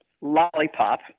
lollipop